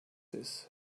his